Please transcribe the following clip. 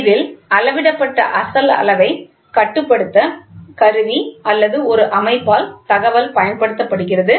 இதில் அளவிடப்பட்ட அசல் அளவைக் கட்டுப்படுத்த கருவி அல்லது ஒரு அமைப்பால் தகவல் பயன்படுத்தப்படுகிறது